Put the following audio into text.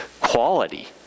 quality